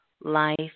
life